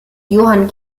johann